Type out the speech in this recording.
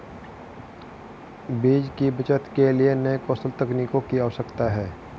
बीज की बचत के लिए नए कौशल तकनीकों की आवश्यकता है